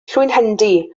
llwynhendy